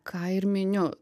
ką ir miniu